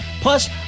plus